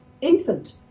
infant